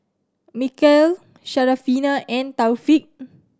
Mikhail Syarafina and Taufik